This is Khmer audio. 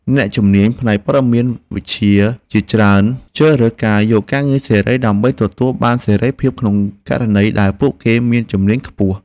អ្នកជំនាញផ្នែកព័ត៌មានវិទ្យាជាច្រើនជ្រើសរើសយកការងារសេរី ដើម្បីទទួលបានសេរីភាពក្នុងករណីដែលពួកគេមានជំនាញខ្ពស់។